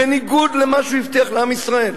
בניגוד למה שהוא הבטיח לעם ישראל,